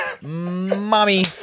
mommy